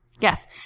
Yes